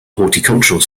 horticultural